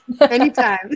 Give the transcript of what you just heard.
Anytime